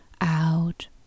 out